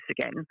again